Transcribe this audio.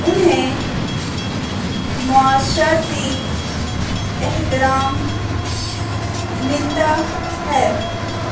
انہیں معاشرتی احترام ملتا ہے